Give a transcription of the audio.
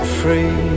free